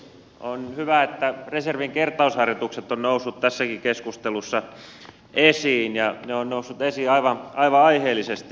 on hyvä että reservin kertausharjoitukset ovat nousseet tässäkin keskustelussa esiin ja ne ovat nousseet esiin aivan aiheellisesti